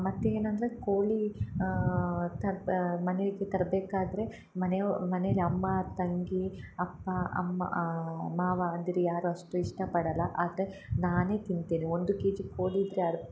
ಮತ್ತು ಏನಂದರೆ ಕೋಳಿ ತರ್ದ್ ಮನೆಯಲ್ಲಿ ತರ್ಬೇಕಾದರೆ ಮನೆ ಒ ಮನೇಲಿ ಅಮ್ಮ ತಂಗಿ ಅಪ್ಪ ಅಮ್ಮ ಮಾವ ಅಂದರೆ ಯಾರು ಅಷ್ಟು ಇಷ್ಟಪಡಲ್ಲ ಆದರೆ ನಾನೇ ತಿಂತಿನಿ ಒಂದು ಕೆಜಿ ಕೋಳಿ ಇದ್ದರೆ ಅರ್ಧ